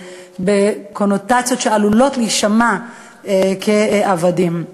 בקונוטציות שעלולות להישמע כעבדים.